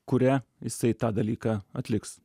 kurią jisai tą dalyką atliks